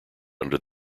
under